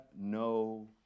no